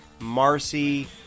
marcy